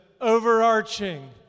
overarching